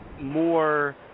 more